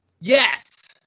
Yes